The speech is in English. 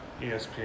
ESPN